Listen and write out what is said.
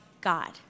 God